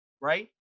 right